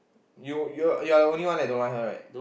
you you're you're the only one that don't like her right